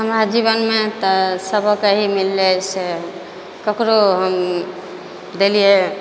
हमरा जीवनमे तऽ सबक यही मिललै से ककरो हम देलियै